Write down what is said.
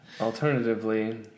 Alternatively